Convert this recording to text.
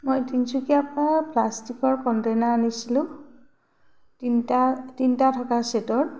মই তিনিচুকীয়া পা প্লাষ্টিকৰ কণ্টেইনাৰ আনিছিলোঁ তিনিটা তিনিটা থকা ছেটৰ